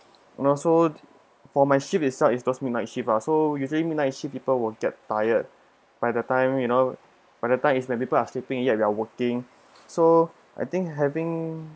and also for my shift itself is just midnight shift lah so usually midnight shift people will get tired by the time you know when the time is when people are sleeping yet we are working so I think having